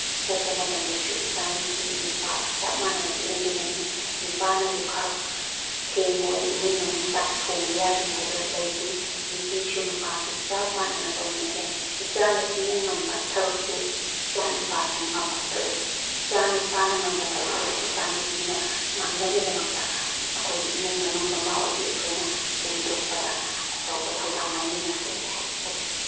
ꯄꯣꯛꯄ ꯃꯇꯝꯗꯁꯨ ꯏꯆꯥ ꯅꯨꯄꯤ ꯅꯨꯄꯥ ꯆꯞ ꯃꯥꯟꯅꯕ ꯃꯤꯠꯌꯦꯡꯗ ꯌꯦꯡꯉꯨꯅꯦ ꯅꯨꯄꯥꯅ ꯂꯨꯈꯥꯛ ꯁꯦꯡꯉꯣꯏ ꯏꯃꯨꯡ ꯃꯅꯨꯡ ꯆꯥꯛ ꯊꯣꯡꯕ ꯌꯥꯗꯦ ꯍꯥꯏꯕ ꯂꯩꯇꯦ ꯅꯨꯄꯤꯁꯨ ꯅꯨꯄꯥꯁꯨ ꯆꯞ ꯃꯥꯟꯅꯅ ꯇꯧꯃꯤꯟꯅꯕ ꯌꯥꯏ ꯏꯆꯥ ꯅꯨꯄꯤꯅ ꯉꯝꯕ ꯊꯕꯛꯇꯨ ꯏꯆꯥ ꯅꯨꯄꯥꯁꯨ ꯉꯝꯐꯝ ꯊꯣꯛꯑꯦ ꯏꯆꯥ ꯅꯨꯄꯥꯅ ꯉꯝꯕ ꯊꯕꯛꯇꯨꯁꯨ ꯏꯆꯥ ꯅꯨꯄꯤꯅ ꯉꯝꯅꯕꯒꯤꯗꯃꯛꯇ ꯑꯩꯈꯣꯏ ꯏꯃꯨꯡ ꯃꯅꯨꯡ ꯃꯃꯥ ꯑꯣꯏꯕꯤ ꯑꯩꯈꯣꯏꯅ ꯁꯦꯝꯗꯣꯛꯄꯗ ꯑꯆꯧꯕ ꯊꯧꯗꯥꯡ ꯂꯧꯃꯤꯟꯅꯁꯦ ꯍꯥꯏꯖꯒꯦ